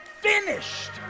finished